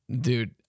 dude